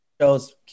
shows